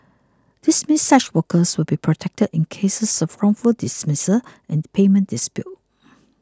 this means such workers will be protected in cases of wrongful dismissals and payment disputes